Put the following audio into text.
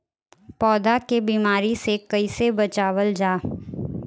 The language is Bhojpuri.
पौधा के बीमारी से कइसे बचावल जा?